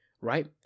right